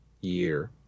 year